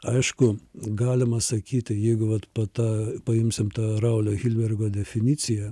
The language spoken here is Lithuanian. aišku galima sakyti jeigu vat po ta paimsim tą raulio hilbergo definiciją